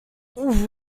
what